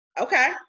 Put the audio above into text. Okay